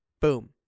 Boom